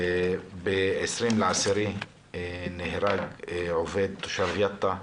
ב-20 באוקטובר נהרג תושב יאטא,